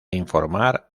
informar